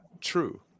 true